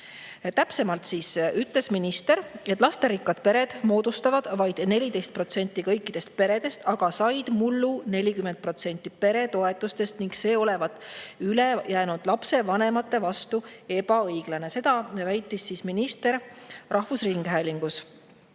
Täpsemalt ütles minister, et lasterikkad pered moodustavad vaid 14% kõikidest peredest, aga said mullu 40% peretoetustest, ning see olevat ülejäänud lapsevanemate vastu ebaõiglane. Seda väitis minister rahvusringhäälingus.